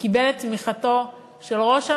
שקיבל את תמיכתו של ראש הממשלה,